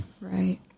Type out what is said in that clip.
Right